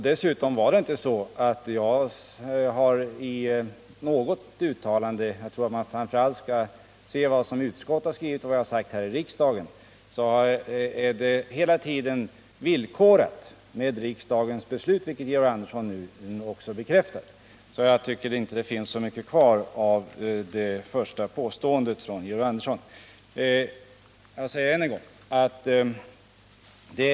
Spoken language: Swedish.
Dessutom har — och jag tror att man framför allt skall ta fasta på vad utskottet har skrivit och vad jag har sagt här i riksdagen — såsom villkor ställts att riksdagen skall godkänna förslaget. Det finns inte så mycket kvar av Georg Anderssons första påstående.